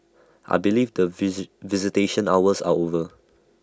I believe that visit visitation hours are over